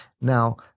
Now